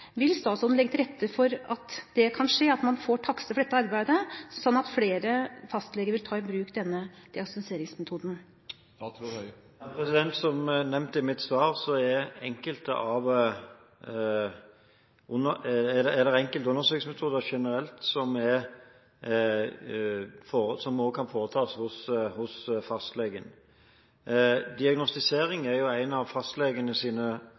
Vil statsråden legge til rette for at man får takster for dette arbeidet, sånn at flere fastleger vil ta i bruk denne diagnostiseringsmetoden? Som nevnt i mitt svar, er det enkelte undersøkelsesmetoder generelt som også kan foretas hos fastlegen. Diagnostisering er jo en av fastlegenes hovedoppgaver og en del av deres kjernevirksomhet. Det er Forskrift om stønad til dekning av